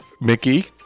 Mickey